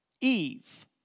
Eve